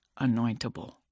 anointable